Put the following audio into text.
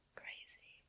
crazy